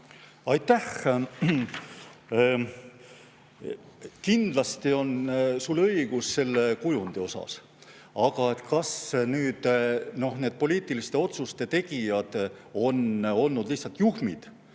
Aitäh! Kindlasti on sul õigus selle kujundi osas, aga kas need poliitiliste otsuste tegijad on olnud lihtsalt juhmid